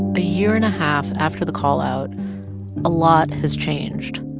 a year and a half after the call-out, a lot has changed.